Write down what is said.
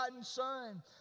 Son